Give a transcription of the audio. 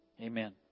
amen